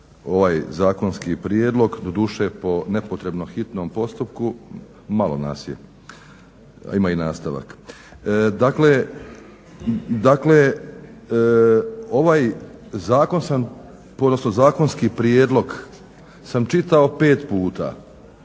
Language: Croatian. ovaj zakonski prijedlog doduše po nepotrebnom hitnom postupku. Malo nas je, a ima i nastavak. Dakle, ovaj zakon sam odnosno zakonski prijedlog sam čitao pet puta